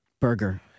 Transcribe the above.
Burger